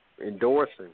endorsing